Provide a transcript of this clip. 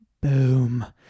Boom